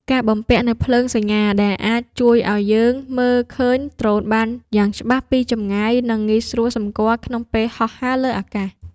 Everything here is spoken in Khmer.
ការបំពាក់នូវភ្លើងសញ្ញាដែលអាចជួយឱ្យយើងមើលឃើញដ្រូនបានយ៉ាងច្បាស់ពីចម្ងាយ និង ងាយស្រួលសម្គាល់ក្នុងពេលហោះហើរលើអាកាស។